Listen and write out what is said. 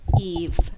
Eve